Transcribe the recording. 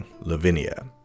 Lavinia